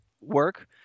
work